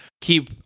Keep